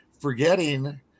forgetting